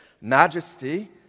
majesty